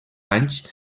anys